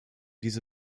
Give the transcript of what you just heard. diese